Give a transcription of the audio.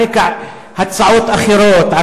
על רקע הצעות אחרות,